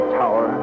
tower